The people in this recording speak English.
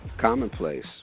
Commonplace